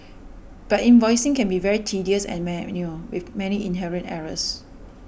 but invoicing can be very tedious and with many inherent errors